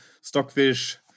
Stockfish